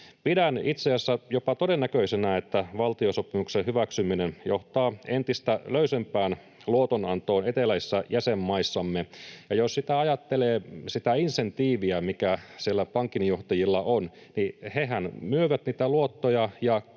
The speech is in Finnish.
Pidän itse asiassa jopa todennäköisenä, että valtiosopimuksen hyväksyminen johtaa entistä löysempään luotonantoon eteläisissä jäsenmaissamme, ja jos ajattelee sitä insentiiviä, mikä siellä pankinjohtajilla on, niin hehän myyvät luottoja